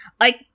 I-